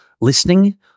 listening